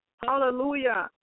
hallelujah